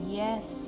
yes